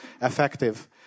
effective